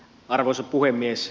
arvoisa puhemies